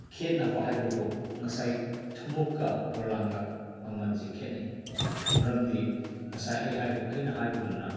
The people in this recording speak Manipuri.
ꯈꯦꯠꯅꯕ ꯍꯥꯏꯕꯕꯨ ꯉꯁꯥꯏ ꯊꯨꯝꯃꯣꯛꯀ ꯄꯣꯂꯥꯡꯒ ꯃꯃꯟꯁꯤ ꯈꯦꯠꯅꯩ ꯃꯔꯝꯗꯤ ꯉꯁꯥꯏ ꯑꯩꯅ ꯍꯥꯏꯕꯒꯨꯝꯅ